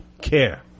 care